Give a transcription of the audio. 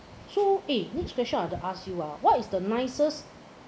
so eh next question I have to ask you ah what is the nicest